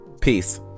peace